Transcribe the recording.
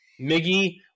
Miggy